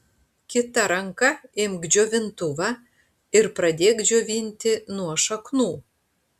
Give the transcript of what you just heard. kita ranka imk džiovintuvą ir pradėk džiovinti nuo šaknų